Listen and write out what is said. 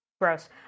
Gross